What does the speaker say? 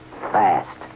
Fast